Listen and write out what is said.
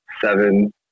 seven